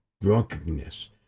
drunkenness